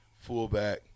fullback